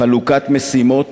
חלוקת משימות וביצוען,